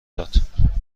داد